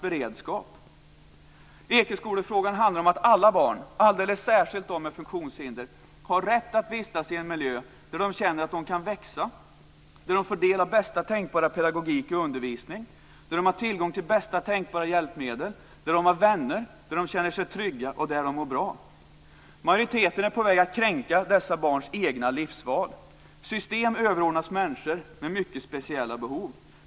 Ekeskolefrågan handlar om att alla barn, och alldeles särskilt de med funktionshinder, har rätt att vistas i en miljö där de känner att de kan växa, där de får del av bästa tänkbara pedagogik och undervisning, där de har tillgång till bästa tänkbara hjälpmedel, där de har vänner, där de känner sig trygga och där de mår bra. Majoriteten är på väg att kränka dessa barns egna livsval. System överordnas människor med mycket speciella behov.